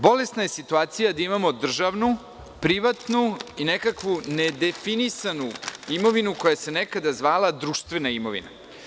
Bolesna je situacija da imamo državnu, privatnu i nekakvu nedefinisanu imovinu koja se nekada zvala društvena imovina.